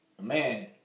man